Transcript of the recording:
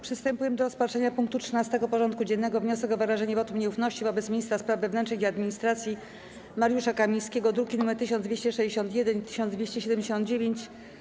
Przystępujemy do rozpatrzenia punktu 13. porządku dziennego: Wniosek o wyrażenie wotum nieufności wobec Ministra Spraw Wewnętrznych i Administracji - Mariusza Kamińskiego (druki nr 1261 i 1279)